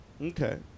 Okay